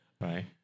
right